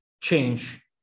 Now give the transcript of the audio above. change